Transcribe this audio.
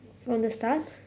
from the start